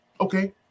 Okay